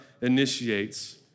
initiates